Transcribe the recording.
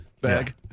bag